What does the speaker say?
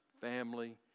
family